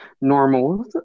normal